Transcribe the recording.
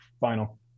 final